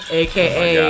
aka